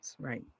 Right